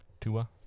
Tua